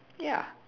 ya